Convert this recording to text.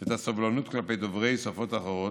ואת הסובלנות כלפי דוברי שפות אחרות,